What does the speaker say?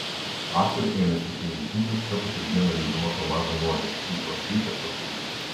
aktorė ėmė sveikai maitintis kartą per dieną leisdama sau mažą nuodėmę įprastai keptas bulves